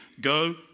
go